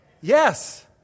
Yes